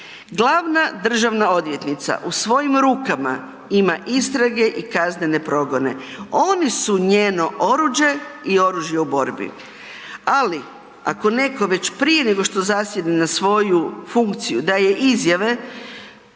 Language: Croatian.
Glavna državna odvjetnica u svojim rukama ima istrage i kaznene progone, oni su njeno oruđe i oružje u borbi, ali ako netko već prije nego što zasjedne na svoju funkciju daje izjave